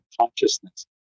consciousness